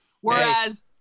Whereas